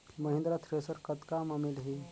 Mahindra thresher कतका म मिलही?